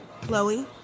Chloe